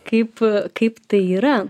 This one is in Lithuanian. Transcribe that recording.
kaip kaip tai yra